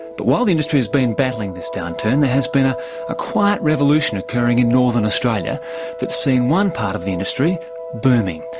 but while the industry's been battling this downturn there has been a quiet revolution occurring in northern australia that's seen one part of the industry booming.